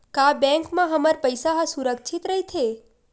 का बैंक म हमर पईसा ह सुरक्षित राइथे?